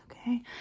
okay